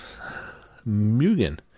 Mugen